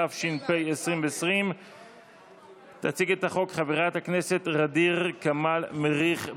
התש"ף 2020. תציג את הצעת החוק חברת הכנסת ע'דיר כמאל מריח,